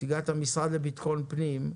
נציגת המשרד לביטחון פנים,